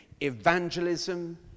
Evangelism